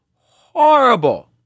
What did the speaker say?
horrible